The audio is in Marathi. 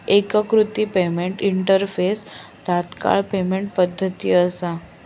एकिकृत पेमेंट इंटरफेस तात्काळ पेमेंट पद्धती असा